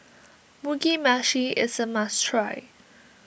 Mugi Meshi is a must try